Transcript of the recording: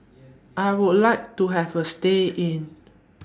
I Would like to Have A stay in